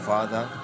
Father